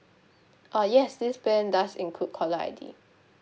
uh yes this plan does include caller I_D